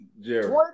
Jerry